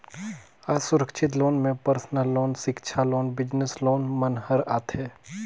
असुरक्छित लोन में personal loan, सिक्छा लोन, बिजनेस लोन मन हर आथे